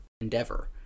endeavor